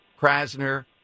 Krasner